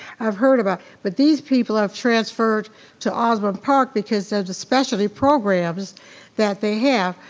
i've heard about, but these people have transferred to osbourn park because of the specialty programs that they have.